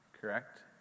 correct